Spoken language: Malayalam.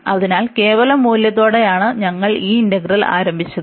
അതിനാൽ കേവല മൂല്യത്തോടെയാണ് ഞങ്ങൾ ഈ ഇന്റഗ്രൽ ആരംഭിച്ചത്